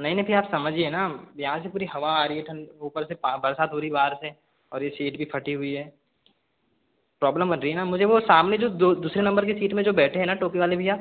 नहीं नहीं भैया आप समझिए ना यहाँ से पूरी हवा आ रही है ठंड ऊपर से प बरसात हो रही है बाहर से और ये सीट भी फटी हुई है प्रॉब्लम बन रही है न मुझे वो सामने जो दो दूसरे नंबर की सीट में जो बैठे हैं ना टोपी वाले भैया